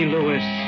Lewis